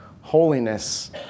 holiness